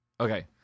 Okay